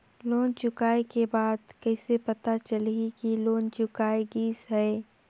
Loan चुकाय के बाद कइसे पता चलही कि लोन चुकाय गिस है?